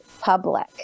public